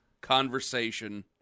conversation